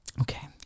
Okay